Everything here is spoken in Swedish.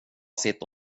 sitta